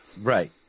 Right